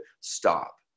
stop